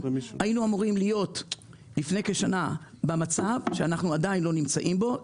היינו אמורים להיות לפני כשנה במצב שאנחנו עדיין לא נמצאים בו,